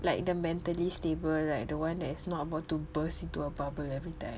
like the mentally stable like the one that is not about to burst into a bubble everytime